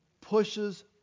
pushes